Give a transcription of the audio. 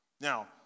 Now